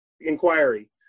inquiry